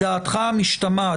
מדעתך המשתמעת.